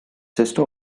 sister